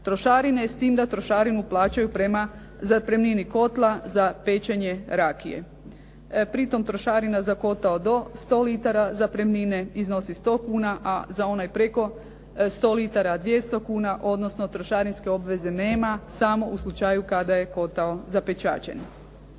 trošarine s tim da trošarinu plaćaju prema zapremnini kotla za pečenje rakije. Pritom trošarina za kotao do 100 litara zapremnine iznosi 100 kuna, a za onaj preko sto litara 200 kuna odnosno trošarinske obveze nema samo u slučaju kada je kotao zapečaćen.